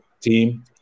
team